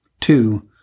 Two